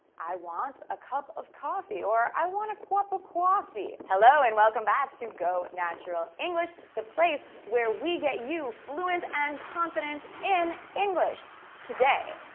i want a cup of coffee or i want a co-op ah coffee hello and welcome back to go natural english the place where we get you fluent and confident in english today,